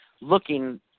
looking